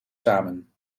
samen